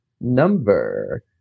Number